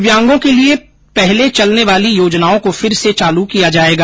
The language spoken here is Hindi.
दिव्यांगों के लिये पहले चलने वाली योजनाओं को फिर से चालू किया जायेगा